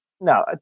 no